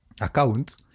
account